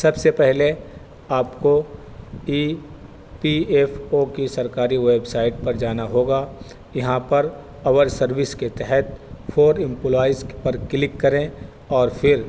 سب سے پہلے آپ کو ای پی ایف او کی سرکاری ویب سائٹ پر جانا ہوگا یہاں پر اور سروس کے تحت فور امپلائز پر کلک کریں اور پھر